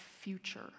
future